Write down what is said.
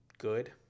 good